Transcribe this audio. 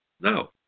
No